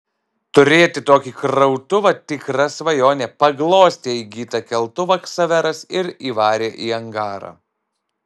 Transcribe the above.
turėti tokį krautuvą tikra svajonė paglostė įgytą keltuvą ksaveras ir įvarė į angarą